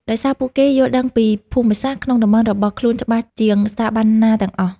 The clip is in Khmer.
ដោយសារពួកគេយល់ដឹងពីភូមិសាស្ត្រក្នុងតំបន់របស់ខ្លួនច្បាស់ជាងស្ថាប័នណាទាំងអស់។